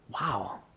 Wow